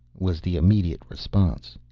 was the immediate response.